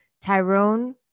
Tyrone